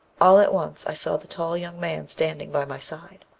all at once i saw the tall young man standing by my side.